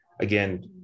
again